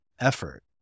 effort